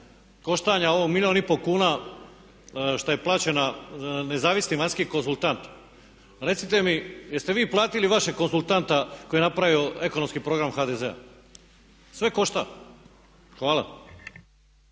koštanja ovo miliju i po kuna šta je plaćena nezavisnim vanjskim konzultantima, recite mi jeste vi platili vašeg konzultanta koji je napravio ekonomski program HDZ-a? Sve košta. Hvala.